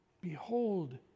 Behold